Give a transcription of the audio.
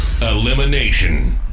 Elimination